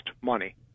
money